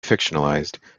fictionalized